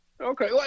okay